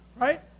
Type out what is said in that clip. Right